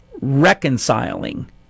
reconciling